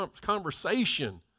conversation